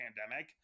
pandemic